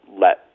let